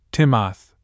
Timoth